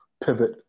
pivot